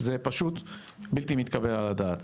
זה פשוט בלתי מתקבל על הדעת.